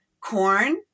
corn